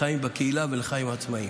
לחיים בקהילה ולחיים עצמאיים.